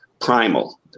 primal